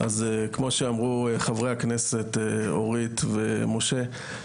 אז, כמו שאמרו חברי הכנסת אורית ומשה,